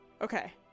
Okay